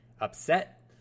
upset